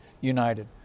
united